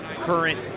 current